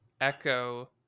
Echo